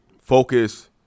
focus